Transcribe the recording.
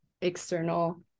external